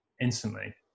instantly